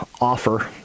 offer